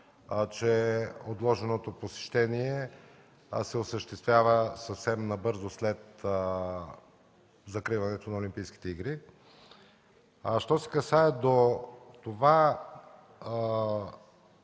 че отложеното посещение се осъществява съвсем набързо след закриването на Олимпийските игри. Що се отнася до това